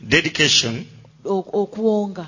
Dedication